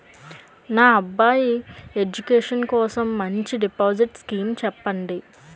నా అబ్బాయి ఎడ్యుకేషన్ కోసం మంచి డిపాజిట్ స్కీం చెప్పండి